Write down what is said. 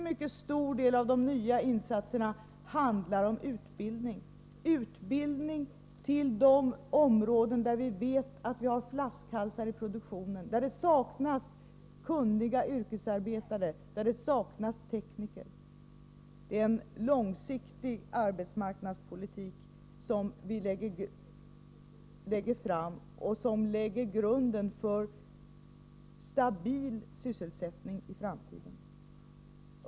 En mycket stor del av de nya insatserna handlar om utbildning, utbildning som gäller de områden där vi vet att vi har flaskhalsar i produktionen, där det saknas kunniga yrkesarbetare, och där det saknas tekniker. Det är en långsiktig arbetsmarknadspolitik som vi lägger fram förslag om. Den lägger grunden för stabil sysselsättning i framtiden.